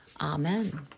Amen